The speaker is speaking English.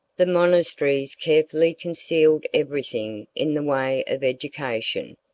the monasteries carefully concealed everything in the way of education,